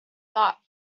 thought